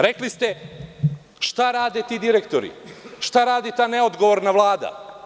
Rekli ste – šta rade ti direktori, šta radi ta neodgovorna Vlada?